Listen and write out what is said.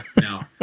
No